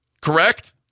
Correct